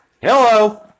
Hello